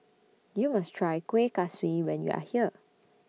YOU must Try Kueh Kaswi when YOU Are here